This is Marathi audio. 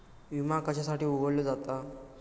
विमा कशासाठी उघडलो जाता?